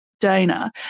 Dana